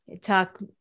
talk